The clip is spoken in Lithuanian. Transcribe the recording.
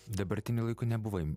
dabartiniu laiku nebuvai